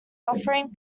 offering